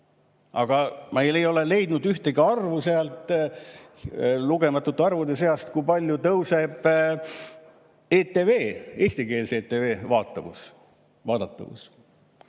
Aga ma ei ole leidnud ühtegi arvu sealt lugematute arvude seast, kui palju tõuseb ETV, eestikeelse ETV vaadatavus. Nii